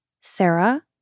Sarah